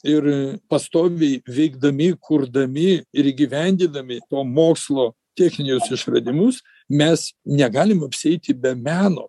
ir pastoviai veikdami kurdami ir įgyvendindami to mokslo techninius išradimus mes negalim apsieiti be meno